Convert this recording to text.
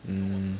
mm